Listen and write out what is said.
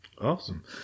Awesome